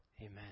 Amen